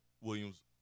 Williams